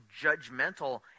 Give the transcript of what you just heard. judgmental